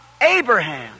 Abraham